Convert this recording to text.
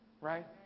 right